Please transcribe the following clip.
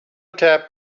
tapped